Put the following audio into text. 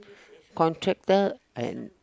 contractor and